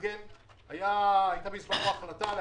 השר שטייניץ ואחרי זה השר לפיד